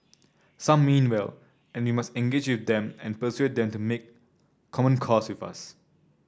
some mean well and we must engage with them and persuade them to make common cause with us